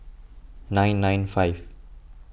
nine nine five